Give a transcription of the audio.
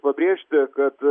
pabrėžti kad